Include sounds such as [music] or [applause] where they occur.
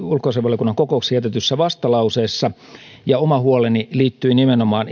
[unintelligible] ulkoasiainvaliokunnan kokouksessa jätetyssä vastalauseessa ja oma huoleni liittyi nimenomaan [unintelligible]